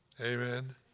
amen